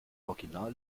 original